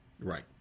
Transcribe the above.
Right